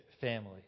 family